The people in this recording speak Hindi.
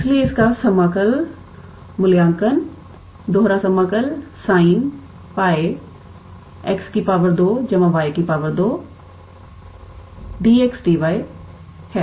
इसलिए इसका मूल्यांकन समाकल E sin 𝜋𝑥 2 𝑦 2 𝑑𝑥𝑑𝑦 है